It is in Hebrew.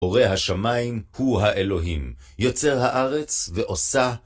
בורא השמיים הוא האלוהים, יוצר הארץ ועושה.